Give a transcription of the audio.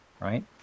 right